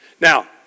Now